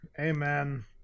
Amen